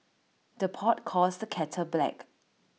the pot calls the kettle black